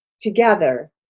together